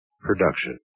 production